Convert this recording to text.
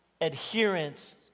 adherence